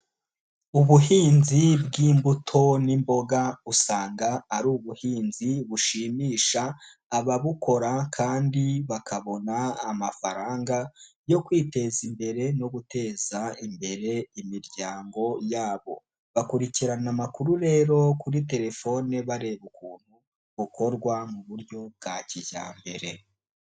Ubuhinzi bw'imbuto n'imboga usanga ari ubuhinzi bushimisha ababukora kandi bakabona amafaranga yo kwiteza imbere no guteza imbere imiryango yabo, bakurikirana amakuru rero kuri terefone bareba ukuntu bukorwa mu buryo bwa kijyambere.